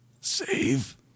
save